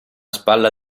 spalla